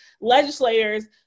legislators